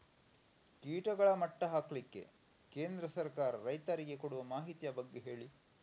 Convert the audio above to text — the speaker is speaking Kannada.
ಕೀಟಗಳ ಮಟ್ಟ ಹಾಕ್ಲಿಕ್ಕೆ ಕೇಂದ್ರ ಸರ್ಕಾರ ರೈತರಿಗೆ ಕೊಡುವ ಮಾಹಿತಿಯ ಬಗ್ಗೆ ಹೇಳಿ